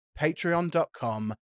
patreon.com